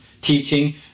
teaching